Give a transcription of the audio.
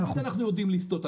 תמיד אנחנו יודעים לסטות,